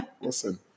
Listen